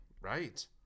right